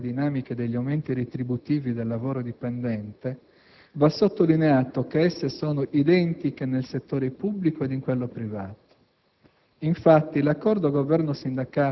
Per quantoconcerne, poi, l'andamento e le dinamiche degli aumenti retributivi del lavoro dipendente, va sottolineato che esse sono identiche nel settore pubblico ed in quello privato.